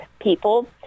people